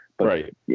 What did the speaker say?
right